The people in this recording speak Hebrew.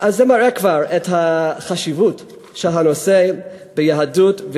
זה כבר מראה את החשיבות של הנושא ביהדות.